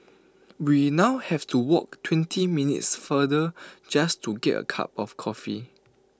we now have to walk twenty minutes farther just to get A cup of coffee